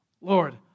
Lord